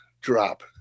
drop